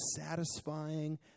satisfying